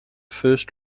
first